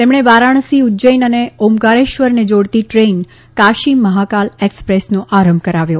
તેમણે વારાણસી ઉજજૈન અને ઓમકારેશ્વરને જોડતી દ્રેન કાશી મહાકાલ એકસપ્રેસનો આરંભ કરાવ્યો